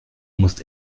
musst